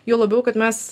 juo labiau kad mes